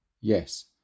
Yes